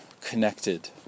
connected